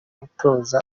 gutoza